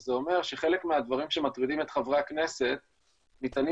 זה אומר שחלק מהדברים שמטרידים את חברי הכנסת ניתנים